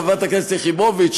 חברת הכנסת יחימוביץ,